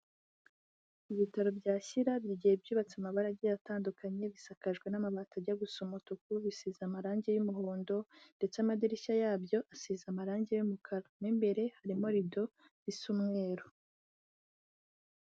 Ibitaro bya Shyira bigiye byubatse mu mabara agiye atandukanye, bisakajwe n'amabati ajya gusa umutuku, bisize amarangi y'umuhondo, ndetse amadirishya yabyo asize amarangi y'umukara, mo imbere harimo rido isa umweru.